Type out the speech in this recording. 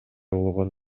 болгон